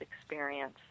experience